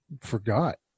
forgot